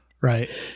Right